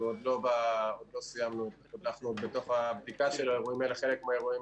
אנחנו עדיין בתוך הבדיקה של האירועים האלה.